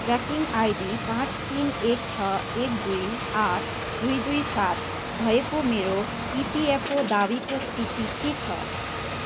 tracking ID पाँच तिन एक छ एक दुई आठ दुई दुई सात भएको मेरो इपिएफओ दावीको स्थिति के छ